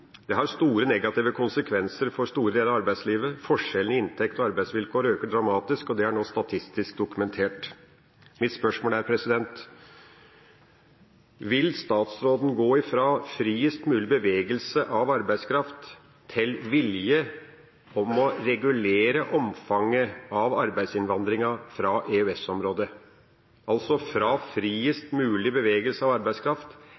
Det har store negative konsekvenser for store deler av arbeidslivet. Forskjellene i inntekt og arbeidsvilkår øker dramatisk, og det er nå statistisk dokumentert. Mitt spørsmål er: Vil statsråden gå fra friest mulig bevegelse av arbeidskraft til vilje til å regulere omfanget av arbeidsinnvandringen fra EØS-området – altså fra friest mulig bevegelse av arbeidskraft